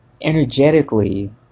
energetically